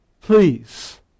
Please